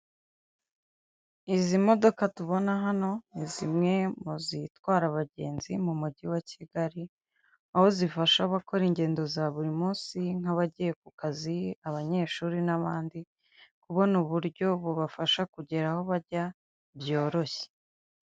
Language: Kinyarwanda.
Izi modoka tubona hano, ni zimwe mu zitwara abagenzi mu mujyi wa Kigali, aho zifasha gukora ingendo za buri munsi nk'abagiye ku kazi, abanyeshuri n'abandi, kubona uburyo bubafasha kugera aho bajya byoroshye.